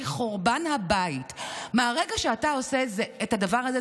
כחורבן הבית מהרגע שאתה עושה את הדבר הזה,